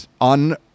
on